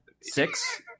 six